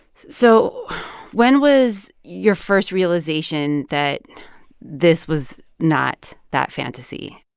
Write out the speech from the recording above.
so when was your first realization that this was not that fantasy?